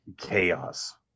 chaos